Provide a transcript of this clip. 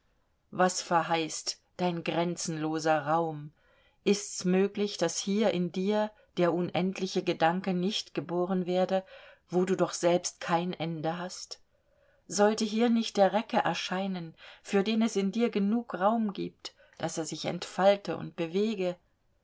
was verheißt dein grenzenloser raum ist's möglich daß hier in dir der unendliche gedanke nicht geboren werde wo du doch selbst kein ende hast sollte hier nicht der recke erscheinen für den es in dir genug raum gibt daß er sich entfalte und bewege